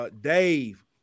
Dave